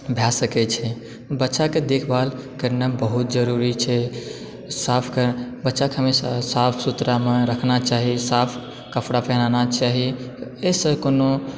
भए सकै छै बच्चा के देखभाल करना बहुत जरुरी छै साफ करना बच्चा के हमेशा साफ सुथरामे रखना चाही साफ कपड़ा पहिनाना चाही एहिसँ कोनो